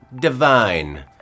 divine